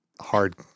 hard